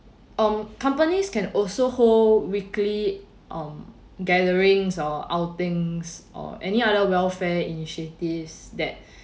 um companies can also hold weekly um gatherings or outings or any other welfare initiatives that